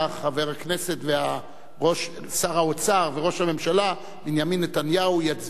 חבר הכנסת ושר האוצר וראש הממשלה בנימין נתניהו יצביע,